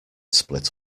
split